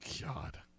God